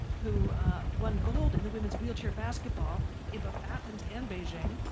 who won gold in the women's wheelchair basketball in both athens and beijing,